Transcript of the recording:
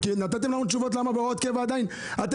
נתתם לנו תשובות למה בהוראות קבע אתם עדיין לא